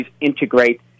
integrate